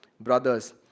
brothers